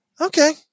okay